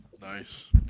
nice